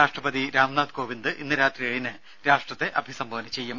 രാഷ്ട്രപതി രാംനാഥ് കോവിന് ഇന്ന് രാത്രി ഏഴിന് രാഷ്ട്രത്തെ അഭിസംബോധന ചെയ്യും